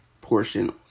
portion